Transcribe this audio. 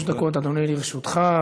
שלוש דקות, אדוני, לרשותך.